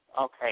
okay